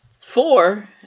four